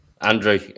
Andrew